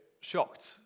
shocked